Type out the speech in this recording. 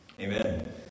Amen